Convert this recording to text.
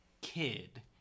kid